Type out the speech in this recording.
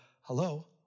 hello